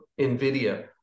NVIDIA